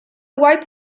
white